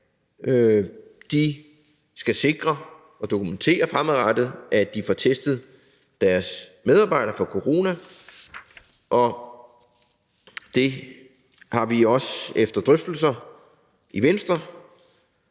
De skal sikre og dokumentere fremadrettet, at de får testet deres medarbejdere for corona, og det har vi også efter drøftelser i Venstre